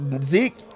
Zeke